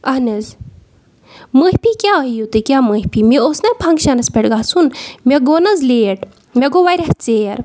اہَن حظ معٲفی کیٛاہ ہیٚیِو تُہۍ کیٛاہ معٲفی مےٚ اوس نا فَنٛگشَنَس پٮ۪ٹھ گژھُن مےٚ گوٚو نا حظ لیٹ مےٚ گوٚو واریاہ ژیر